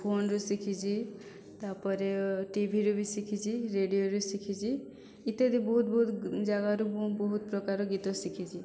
ଫୋନରୁ ଶିଖିଛି ତାପରେ ଟିଭିରୁ ବି ଶିଖିଛି ରେଡ଼ିଓରୁ ଶିଖିଛି ଇତ୍ୟାଦି ବହୁତ ବହୁତ ଜାଗାରୁ ମୁଁ ବହୁତ ପ୍ରକାର ଗୀତ ଶିଖିଛି